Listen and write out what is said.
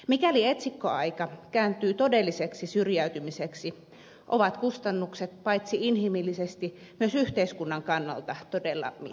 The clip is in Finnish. mikäli etsikkoaika kääntyy todelliseksi syrjäytymiseksi ovat kustannukset paitsi inhimil lisesti myös yhteiskunnan kannalta todella mittavat